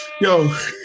Yo